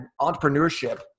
entrepreneurship